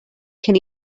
cyn